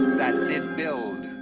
that's it. build.